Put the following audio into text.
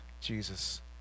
Jesus